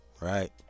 right